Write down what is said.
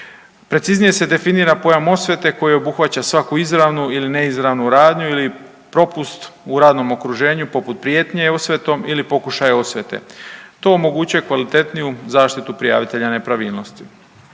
Preciznije se definira pojam osvete koji obuhvaća svaku izravnu ili neizravnu radnju ili propust u radnom okruženju poput prijetnje osvetom ili pokušaj osvete. To omogućuje kvalitetniju zaštitu prijavitelja nepravilnosti.